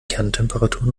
kerntemperatur